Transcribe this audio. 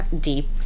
deep